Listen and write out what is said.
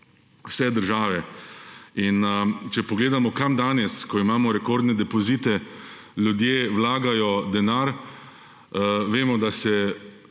vse države. Če pogledamo kam danes, ko imamo rekordne depozite, ljudje vlagajo denar, vemo, da se